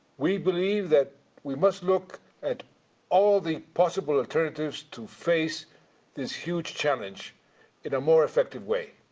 we believe that we must look at all the possible alternatives to face this huge challenge in a more effective way.